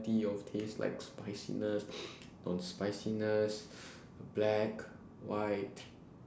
~ty of taste like spiciness non spiciness black white